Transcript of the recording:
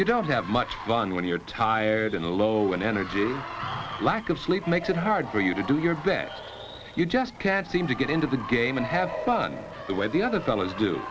you don't have much fun when you're tired and low in energy lack of sleep makes it hard for you to do your best you just can't seem to get into the game and have fun the way the other fellows do